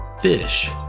FISH